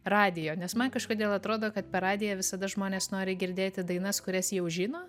radijo nes man kažkodėl atrodo kad per radiją visada žmonės nori girdėti dainas kurias jau žino